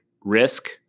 risk